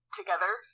together